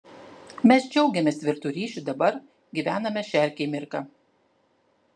mes džiaugiamės tvirtu ryšiu dabar gyvename šia akimirka